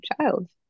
child